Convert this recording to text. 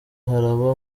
haraba